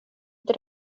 inte